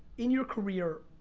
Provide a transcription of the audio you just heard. in your career,